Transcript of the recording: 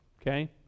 okay